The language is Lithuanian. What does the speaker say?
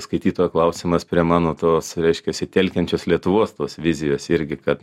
skaitytojo klausimas prie mano tos reiškiasi telkiančios lietuvos tos vizijos irgi kad